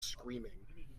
screaming